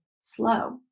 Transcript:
slow